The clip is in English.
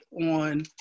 on